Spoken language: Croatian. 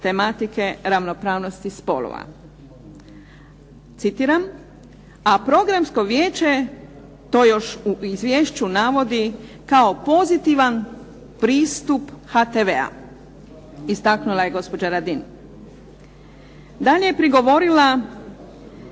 tematike ravnopravnosti spolova. Citiram: "A Programsko vijeće to još u izvješću navodi kao pozitivan pristup HTV-a" istaknula je gospođa Radin. Dalje je prigovorila